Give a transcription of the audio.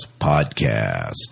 podcast